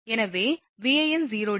எனவே Van∠0°